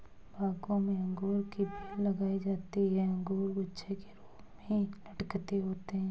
बागों में अंगूर की बेल लगाई जाती है अंगूर गुच्छे के रूप में लटके होते हैं